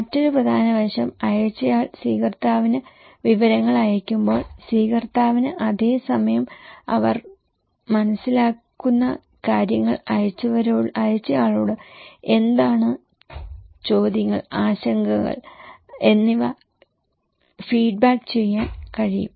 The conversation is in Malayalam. മറ്റൊരു പ്രധാന വശം അയച്ചയാൾ സ്വീകർത്താവിന് വിവരങ്ങൾ അയയ്ക്കുമ്പോൾ സ്വീകർത്താവിന് അതേ സമയം അവർ മനസ്സിലാക്കുന്ന കാര്യങ്ങൾ അയച്ചയാളോട് എന്താണ് ചോദ്യങ്ങൾ ആശങ്കകൾ എന്നിവ ഫീഡ്ബാക്ക് ചെയ്യാൻ കഴിയും